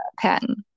patent